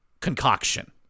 concoction